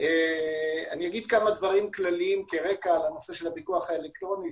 אני אגיד כמה דברים כלליים כרקע לנושא של הפיקוח האלקטרוני,